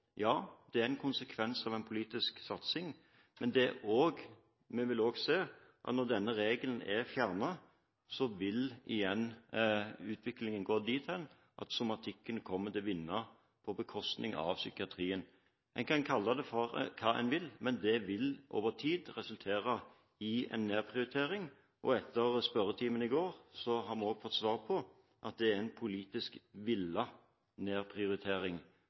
Ja, det er en konsekvens av en politisk satsing, men vi vil også se at når denne regelen er fjernet, vil utviklingen igjen gå dit hen at somatikken kommer til å vinne på bekostning av psykiatrien. Man kan kalle det hva man vil, men det vil over tid resultere i en nedprioritering. Etter spørretimen i går har vi også fått svar på at det er en politisk villet nedprioritering